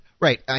right